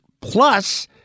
plus